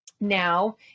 now